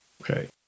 Okay